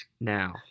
now